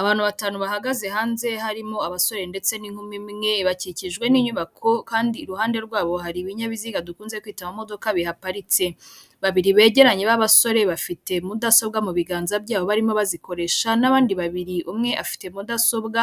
Abantu batanu bahagaze hanze harimo abasore ndetse n'inkumi imwe bakikijwe n'inyubako, kandi iruhande rwabo hari ibinyabiziga dukunze kwita mu momodoka bihaparitse, babiri begeranye b'abasore bafite mudasobwa mu biganza byabo barimo bazikoresha, n'abandi babiri umwe afite mudasobwa